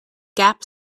gap